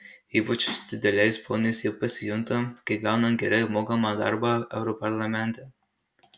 ypač dideliais ponais jie pasijunta kai gauna gerai apmokamą darbą europarlamente